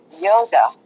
yoga